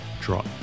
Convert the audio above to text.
draw